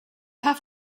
have